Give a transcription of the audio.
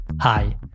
Hi